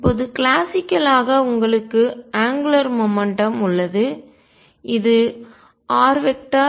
இப்போது கிளாசிக்கல் ஆக உங்களுக்கு அங்குலார் மொமெண்ட்டம் கோண உந்தம் உள்ளது இது rp